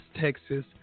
Texas